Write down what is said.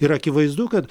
ir akivaizdu kad